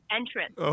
entrance